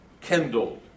kindled